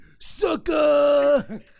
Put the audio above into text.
sucker